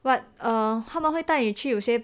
but err 他们会带你去有些